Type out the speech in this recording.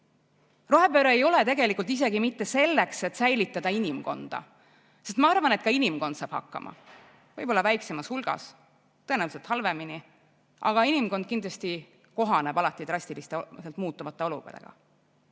Rohepööre ei ole tegelikult isegi mitte selleks, et säilitada inimkonda, sest ma arvan, et ka inimkond saab hakkama – võib-olla väiksemas hulgas, tõenäoliselt halvemini, aga inimkond kindlasti kohaneb alati ka drastiliselt muutuvate oludega.